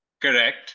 Correct